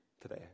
today